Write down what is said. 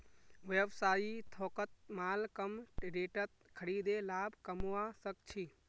व्यवसायी थोकत माल कम रेटत खरीदे लाभ कमवा सक छी